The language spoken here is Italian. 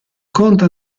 conta